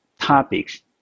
topics